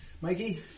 Mikey